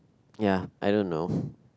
ya I don't know